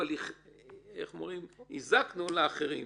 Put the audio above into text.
והזקנו לאחרים.